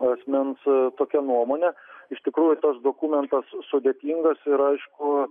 asmens tokia nuomone iš tikrųjų tas dokumentas sudėtingas ir aišku